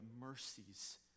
mercies